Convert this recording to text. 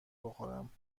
بخورم